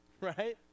right